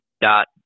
Dot